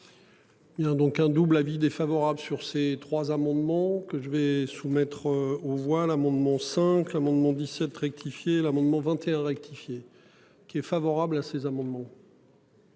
un double avis défavorable sur ces trois amendements que je vais soumettre aux voix l'amendement cinq amendement 17 rectifier l'amendement 21 rectifié. Qui est favorable à ces amendements.